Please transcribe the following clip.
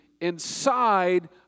inside